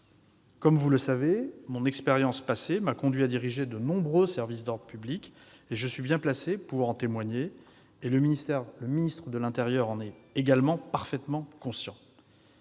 Comme vous le savez, mon expérience passée m'a conduit à diriger de nombreux services d'ordre public : je suis donc bien placé pour en témoigner. Le ministre de l'intérieur en est également parfaitement conscient.